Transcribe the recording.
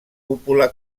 cúpula